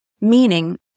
meaning